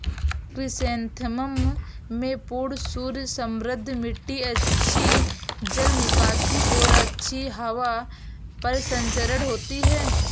chrysanthemum में पूर्ण सूर्य समृद्ध मिट्टी अच्छी जल निकासी और अच्छी हवा परिसंचरण होती है